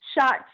shot